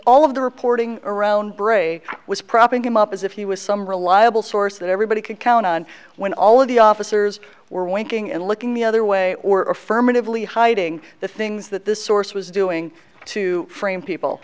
all of the reporting around bray was propping him up as if he was some reliable source that everybody could count on when all of the officers were winking and looking the other way or affirmatively hiding the things that this source was doing to frame people